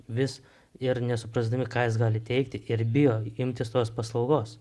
vis ir nesuprasdami ką jis gali teikti ir bijo imtis tos paslaugos